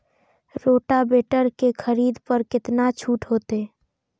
Rotavator के खरीद पर केतना छूट होते?